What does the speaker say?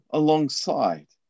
alongside